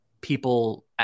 people